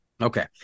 Okay